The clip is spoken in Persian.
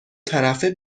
طرفه